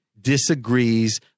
disagrees